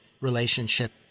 relationship